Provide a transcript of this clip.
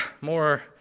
more